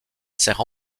sert